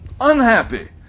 unhappy